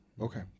okay